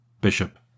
Bishop